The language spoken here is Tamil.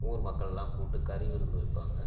ஊர் மக்களெல்லாம் கூப்பிட்டு கறி விருந்து வைப்பாங்க